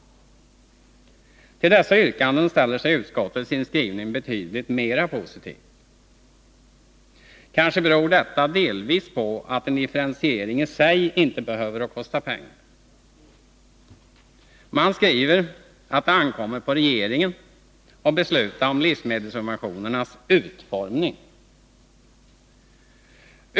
Till detta yrkande ställer sig utskottet i sin skrivning betydligt mera positivt. Kanske beror detta delvis på att en differentiering i sig inte behöver kosta pengar. Man skriver att det ankommer på regeringen att besluta om livsmedelssubventionernas utformning.